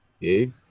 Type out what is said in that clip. Hey